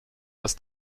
das